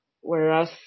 whereas